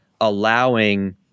allowing